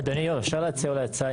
אדוני היו"ר, אפשר להציע אולי הצעה?